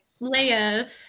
Leia